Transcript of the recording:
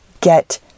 get